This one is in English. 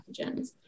pathogens